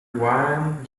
wang